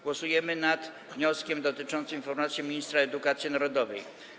Głosujemy nad wnioskiem dotyczącym informacji ministra edukacji narodowej.